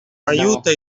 aiuta